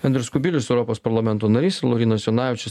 andrius kubilius europos parlamento narys laurynas jonavičius